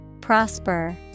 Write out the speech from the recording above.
Prosper